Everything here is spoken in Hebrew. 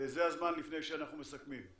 זה הזמן לפני שאנחנו מסכמים.